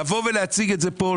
לבוא ולהציג את זה כאן,